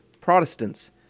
Protestants